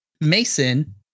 Mason